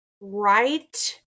right